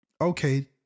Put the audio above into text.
okay